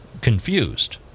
confused